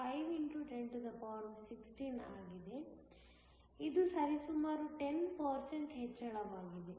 5 x 1016 ಆಗಿದೆ ಇದು ಸರಿಸುಮಾರು 10 ಹೆಚ್ಚಳವಾಗಿದೆ